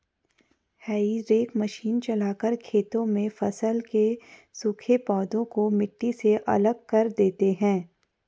हेई rake machine चलाकर खेतों में फसल के सूखे पौधे को मिट्टी से अलग कर देते हैं